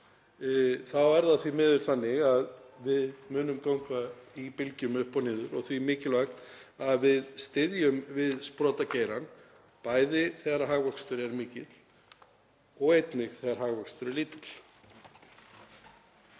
séð, þá munum við ganga í bylgjum upp og niður og því mikilvægt að við styðjum við sprotageirann, bæði þegar hagvöxtur er mikill og einnig þegar hagvöxtur er lítill.